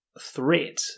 threat